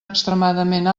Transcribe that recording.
extremadament